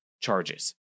charges